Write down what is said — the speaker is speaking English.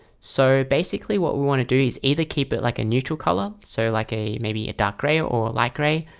so basically what we want to do is either keep it like a neutral color so like a maybe a dark gray or or light gray,